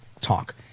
talk